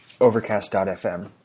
Overcast.fm